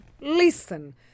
Listen